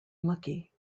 lucky